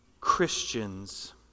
Christians